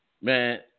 Man